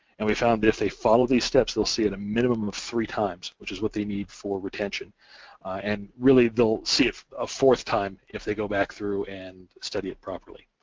and we found if they follow these steps, they'll see it a minimum of three times, which is what they need for retention and really, they'll see it a fourth time if they go back through and study it properly.